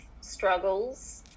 struggles